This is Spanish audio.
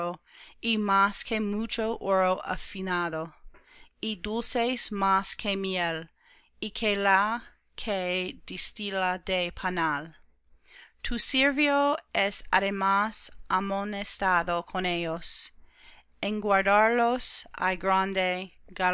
y más que mucho oro afinado y dulces más que miel y que la que destila del panal tu siervo es además amonestado con ellos en guardarlos